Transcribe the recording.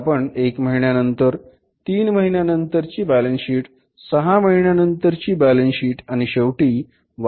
आता आपण एक महिन्यानंतर तीन महिन्यानंतर ची बॅलन्स शीट सहा महिन्यानंतर ची बॅलन्स शीट आणि शेवटी वार्षिक बॅलन्स शीट तयार करतो